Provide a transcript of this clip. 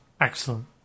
excellent